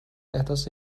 احداث